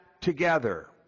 together